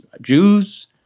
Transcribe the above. Jews